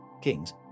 King's